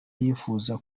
yifuza